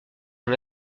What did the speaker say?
son